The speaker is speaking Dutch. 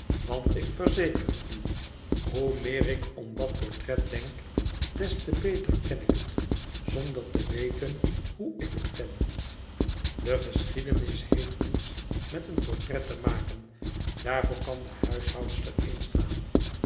want ik verzeker u hoe meer ik om dat portret denk des te beter ken ik het zonder te weten hoe ik het ken de geschiedenis heeft niets met een portret te maken daarvoor kan de huishoudster instaan